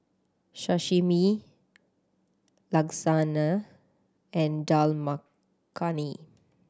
Sashimi Lasagne and Dal Makhani